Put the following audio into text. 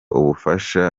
ubufasha